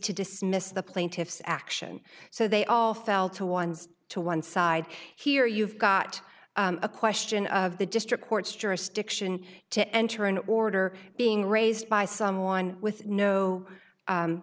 to dismiss the plaintiff's action so they all fell to ones to one side here you've got a question of the district court's jurisdiction to enter an order being raised by someone with no